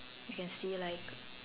you can see like